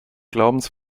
glaubens